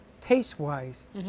taste-wise